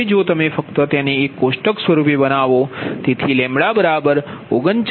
હવે જો તમે ફક્ત તેને એક કોષ્ટક સ્વરૂપ બનાવો તેથી 39